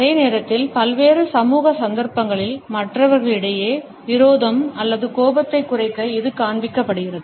அதே நேரத்தில் பல்வேறு சமூக சந்தர்ப்பங்களில் மற்றவர்களிடையே விரோதம் அல்லது கோபத்தை குறைக்க இது காண்பிக்கப்படுகிறது